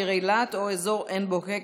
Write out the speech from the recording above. העיר אילת או אזור עין בוקק,